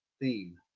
theme